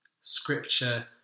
Scripture